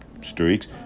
streaks